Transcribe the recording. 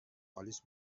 آلیس